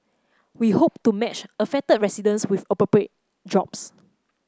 we hope to match affected residents with appropriate jobs